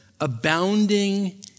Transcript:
abounding